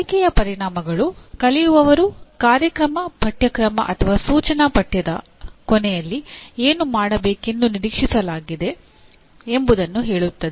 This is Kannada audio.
ಕಲಿಕೆಯ ಪರಿಣಾಮಗಳು ಕಲಿಯುವವರು ಕಾರ್ಯಕ್ರಮ ಪಠ್ಯಕ್ರಮ ಅಥವಾ ಸೂಚನಾ ಪಠ್ಯದ ಕೊನೆಯಲ್ಲಿ ಏನು ಮಾಡಬೇಕೆಂದು ನಿರೀಕ್ಷಿಸಲಾಗಿದೆ ಎಂಬುದನ್ನು ಹೇಳುತ್ತದೆ